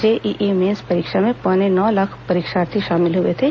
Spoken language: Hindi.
जेईई मेन्स परीक्षा में पौने नौ लाख परीक्षार्थी शामिल हुए थे